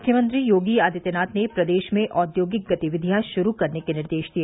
मुख्यमंत्री योगी आदित्यनाथ ने प्रदेश में औद्योगिक गतिविधियां शुरू करने के निर्देश दिए